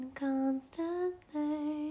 constantly